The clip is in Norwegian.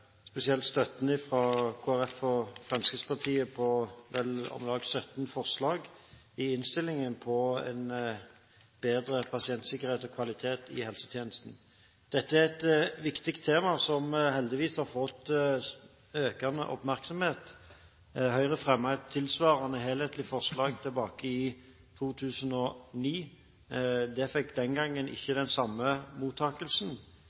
spesielt for støtten fra Kristelig Folkeparti og Fremskrittspartiet til 18 punkt i innstillingen om bedre pasientsikkerhet og kvalitet i helsetjenesten. Dette er et viktig tema som heldigvis har fått økende oppmerksomhet. Høyre fremmet et tilsvarende helhetlig forslag i 2009. Det fikk den gangen ikke den samme mottakelsen.